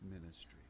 ministry